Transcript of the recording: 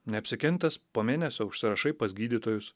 neapsikentęs po mėnesio užsirašai pas gydytojus